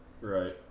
Right